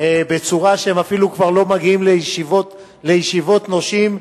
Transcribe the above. בצורה שהם אפילו כבר לא מגיעים לישיבות נושים,